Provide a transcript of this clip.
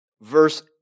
Verse